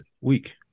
week